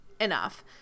enough